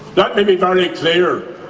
let me be very clear,